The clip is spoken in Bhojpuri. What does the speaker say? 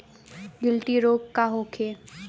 गिल्टी रोग का होखे?